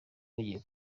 bagiye